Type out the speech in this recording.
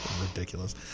Ridiculous